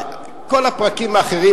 כל הפרקים האחרים,